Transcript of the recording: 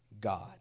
God